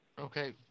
okay